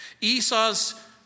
Esau's